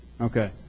Okay